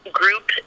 group